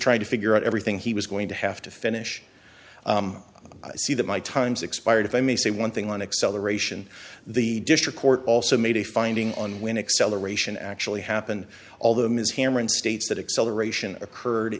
trying to figure out everything he was going to have to finish i see that my time's expired if i may say one thing on acceleration the district court also made a finding on when acceleration actually happened although ms hammerin states that acceleration occurred